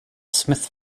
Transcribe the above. smith